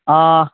ಹಾಂ